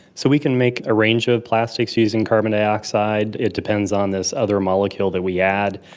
so we can make a range of plastics using carbon dioxide. it depends on this other molecule that we add.